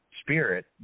spirit